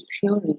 theory